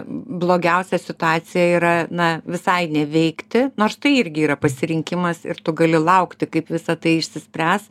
blogiausia situacija yra na visai neveikti nors tai irgi yra pasirinkimas ir tu gali laukti kaip visa tai išsispręs